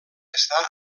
està